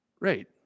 Right